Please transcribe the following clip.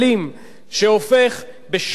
שהופך בשם הדמוקרטיה